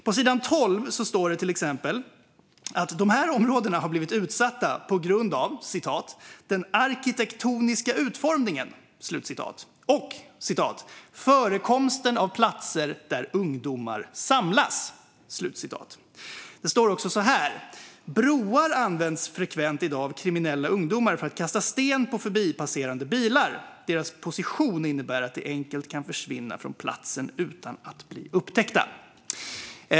På sidan 12 står det till exempel att dessa områden har blivit utsatta på grund av "den arkitektoniska utformningen" och "förekomst av platser där ungdomar samlas". Det står också så här: "Broar . används frekvent idag av kriminella ungdomar för att kasta sten på förbipasserande bilar. Deras position innebär att de enkelt kan försvinna från platsen utan att bli upptäckta."